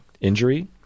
injury